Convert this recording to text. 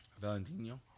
Valentino